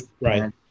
Right